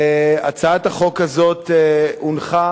הצעת החוק הזאת הונחה